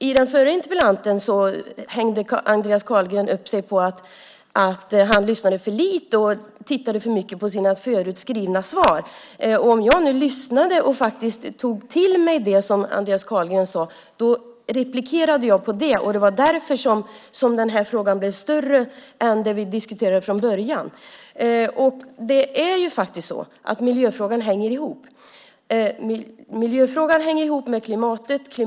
I den förra interpellationsdebatten hängde Andreas Carlgren upp sig på att interpellanten lyssnade för lite och tittade för mycket i sitt manus. Nu lyssnade jag faktiskt och tog till mig det som Andreas Carlgren sade och tog upp det. Det var därför som den här frågan blev större än det som vi diskuterade från början. Miljöfrågan hänger faktiskt ihop med klimatet.